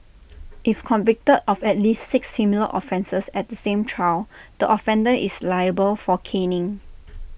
if convicted of at least six similar offences at the same trial the offender is liable for caning